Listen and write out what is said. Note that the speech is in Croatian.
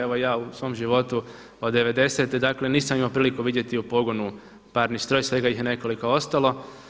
Evo ja u svom životu od '90.-te dakle nisam imao priliku vidjeti u pogonu parni stroj, svega ih je nekoliko ostalo.